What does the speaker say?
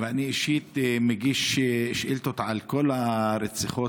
אני אישית מגיש שאילתות על כל הרציחות